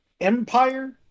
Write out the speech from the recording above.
Empire